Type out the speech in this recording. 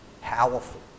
powerful